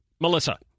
Melissa